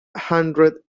hundred